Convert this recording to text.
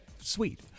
sweet